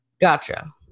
Gotcha